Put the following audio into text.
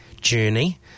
journey